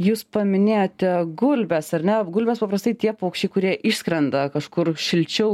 jūs paminėjote gulbes ar ne gulbes paprastai tie paukščiai kurie išskrenda kažkur šilčiau